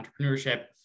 entrepreneurship